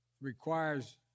requires